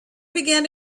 began